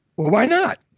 why not?